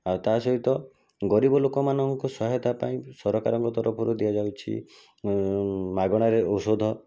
ଆଉ ତା' ସହିତ ଗରିବ ଲୋକମାନଙ୍କ ସହାୟତା ପାଇଁ ସରକାରଙ୍କ ତରଫରୁ ଦିଆଯାଉଛି ମାଗଣାରେ ଔଷଧ